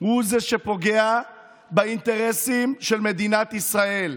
הוא זה שפוגע באינטרסים של מדינת ישראל,